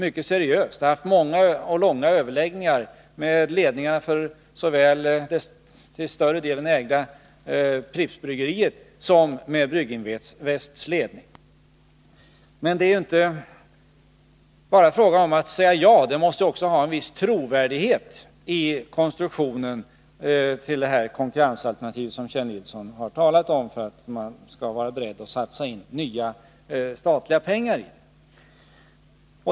Vi har haft många och långa överläggningar med ledningarna för Pripps och med Brygginvest. Men det är inte bara fråga om att säga ja — det måste också finnas en viss trovärdighet i konstruktionen av det konkurrensalternativ som Kjell Nilsson har talat om, för att man skall vara beredd att satsa nya statliga pengar i det.